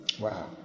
wow